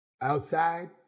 Outside